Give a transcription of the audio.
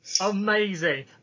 amazing